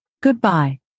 goodbye